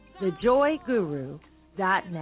Thejoyguru.net